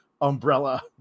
umbrella